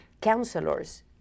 counselors